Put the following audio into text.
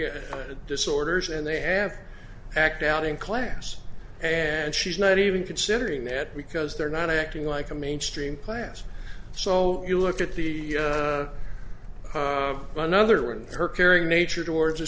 at disorders and they have act out in class and she's not even considering that because they're not acting like a mainstream class so you look at the another and her caring nature towards the